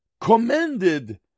Commended